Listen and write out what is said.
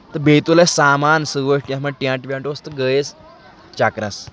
تہٕ بیٚیہِ تُل اَسہِ سامان سٍتۍ یَتھ منٛز ٹینٛٹ ویٚنٛٹ اوس تہٕ گٔیہِ أسی چَکرس